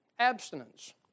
Abstinence